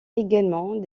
également